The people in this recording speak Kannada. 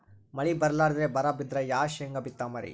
ಮಳಿ ಬರ್ಲಾದೆ ಬರಾ ಬಿದ್ರ ಯಾ ಶೇಂಗಾ ಬಿತ್ತಮ್ರೀ?